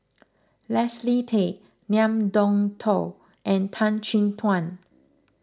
Leslie Tay Ngiam Tong Dow and Tan Chin Tuan